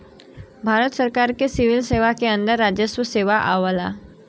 भारत सरकार के सिविल सेवा के अंदर राजस्व सेवा आवला